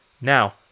Now